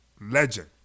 legend